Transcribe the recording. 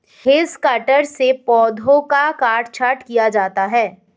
hedge cutter से पौधों का काट छांट किया जाता है